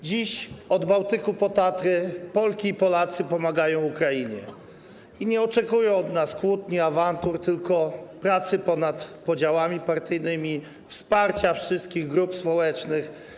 Dziś od Bałtyku po Tatry Polki i Polacy pomagają Ukrainie i nie oczekują od nas kłótni, awantur, tylko pracy ponad podziałami partyjnymi, wsparcia wszystkich grup społecznych.